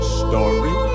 story